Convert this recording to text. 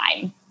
time